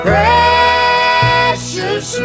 Precious